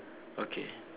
okay